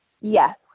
Yes